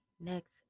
next